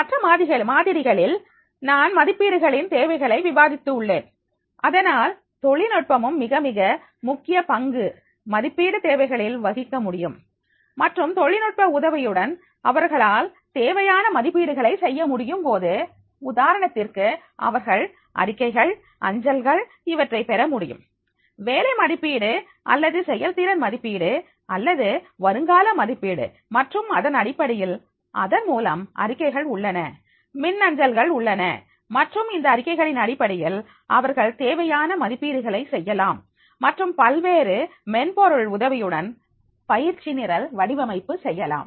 மற்ற மாதிரிகளில் நான் மதிப்பீடுகளின் தேவைகளை விவாதித்து உள்ளேன் அதனால் தொழில்நுட்பமும் மிக மிக முக்கிய பங்கு மதிப்பீடு தேவைகளில் வகிக்க முடியும் மற்றும் தொழில்நுட்ப உதவியுடன் அவர்களால் தேவையான மதிப்பீடுகளை செய்ய முடியும் போது உதாரணத்திற்கு அவர்கள் அறிக்கைகள் அஞ்சல்கள் இவற்றைப் பெற முடியும் வேலை மதிப்பீடு அல்லது செயல்திறன் மதிப்பீடு அல்லது வருங்கால மதிப்பீடு மற்றும் அதனடிப்படையில் அதன்மூலம் அறிக்கைகள் உள்ளன மின்னஞ்சல்கள் உள்ளன மற்றும் இந்த அறிக்கைகளின் அடிப்படையில் அவர்கள் தேவையான மதிப்பீடுகளை செய்யலாம் மற்றும் பல்வேறு மென்பொருள் உதவியுடன் பயிற்சி நிரல் வடிவமைப்பு செய்யலாம்